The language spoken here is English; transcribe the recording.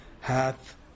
hath